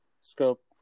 scope